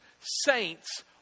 saints